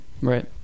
right